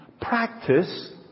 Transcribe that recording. practice